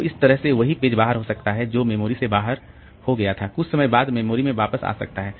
तो इस तरह से वही पेज बाहर हो सकता है जो मेमोरी से बाहर हो गया था कुछ समय बाद मेमोरी में वापस आ सकता है